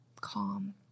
calm